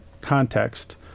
context